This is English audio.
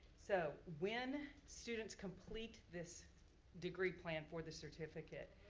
so, when students complete this degree plan for the certificate,